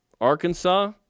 Arkansas